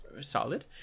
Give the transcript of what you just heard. solid